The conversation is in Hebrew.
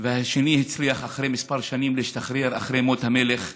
והשני הצליח להשתחרר כמה שנים אחרי מות המלך,